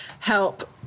help